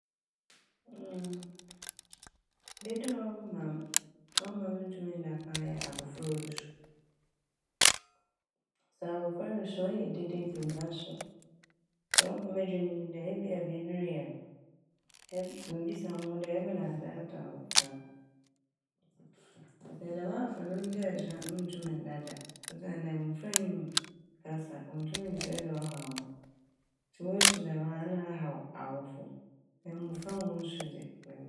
Dede a ɔma - ɔmma a menntum nnda paa yɛ abofra a orusu. Sɛ abofra rusu a ɔyɛ dede dze naaso dza ɔma modwen nye dɛ ebia biibi reyɛ no eb - mibisa mo ho dɛ ebɛnadze ato abofra no sɛ dɛm abofra no onngyaa su a munntum nnda da osiandɛ mbofra nnyim kasa wonntum nnkyerɛ dza ɔhaw hɔn ntsi wosu damaa na ahaw awofo ntsi mbofra hɔn su dze memmpɛ.